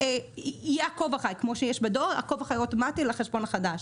יהיה עקוב אחריי, כמו שיש בדואר, לחשבון החדש.